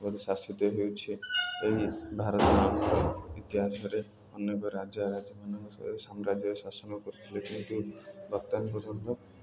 ଅନୁଶାସିତ ହେଉଛି ଏବଂ ଭାରତ ଇତିହାସରେ ଅନେକ ରାଜ୍ୟ ରାଜାମାନଙ୍କ ସହ ସାମ୍ରାଜ୍ୟରେ ଶାସନ କରୁଥିଲେ କିନ୍ତୁ ବର୍ତ୍ତମାନ୍ ପର୍ଯ୍ୟନ୍ତ